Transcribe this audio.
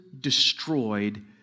destroyed